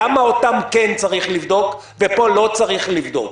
למה אותם כן צריך לבדוק ופה לא צריך לבדוק?